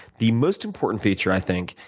the most important feature, i think,